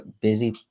busy